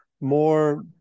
more